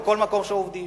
ובכל מקום שעובדים.